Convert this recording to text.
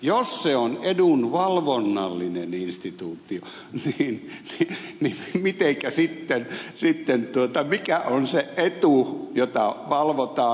jos se on edunvalvonnallinen instituutio niin mikä sitten on se etu jota valvotaan